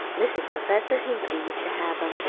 mrs. professor hinkley used to have em.